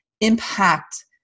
impact